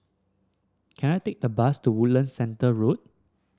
can I take a bus to Woodland Centre Road